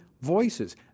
voices